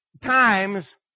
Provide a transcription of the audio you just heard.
times